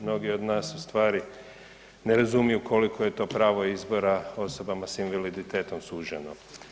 Mnogi od nas ustvari ne razumiju koliko je to pravo izbora osobama sa invaliditetom suženo.